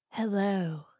Hello